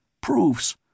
Proofs